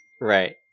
Right